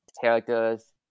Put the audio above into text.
characters